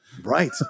Right